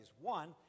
One